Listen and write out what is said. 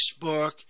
Facebook